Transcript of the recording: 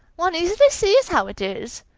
one easily sees how it is.